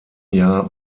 jahr